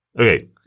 Okay